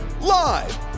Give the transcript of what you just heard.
Live